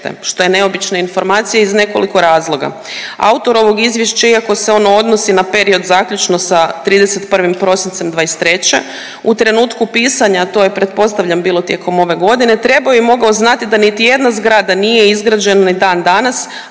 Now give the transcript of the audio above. što je neobična informacija iz nekoliko razloga. Autor ovog izvješća iako se ono odnosi na period zaključno sa 31. prosincem 2023. u trenutku pisanja, to je pretpostavljam bilo tijekom ove godine trebao i mogao znati da niti jedna zgrada nije izgrađena ni dan danas,